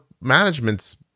management's